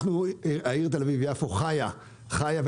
העיר תל אביב יפו חיה ונושמת.